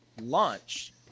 Launch